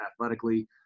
athletically